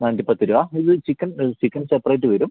നാനൂറ്റിപ്പത്തു രൂപാ ഇത് chicken chicken separate വരും